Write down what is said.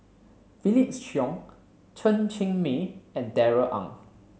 Felix Cheong Chen Cheng Mei and Darrell Ang